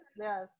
Yes